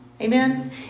Amen